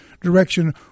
direction